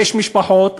יש משפחות,